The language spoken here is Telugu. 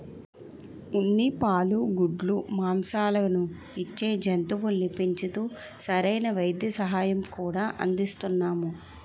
ఉన్ని, పాలు, గుడ్లు, మాంససాలను ఇచ్చే జంతువుల్ని పెంచుతూ సరైన వైద్య సహాయం కూడా అందిస్తున్నాము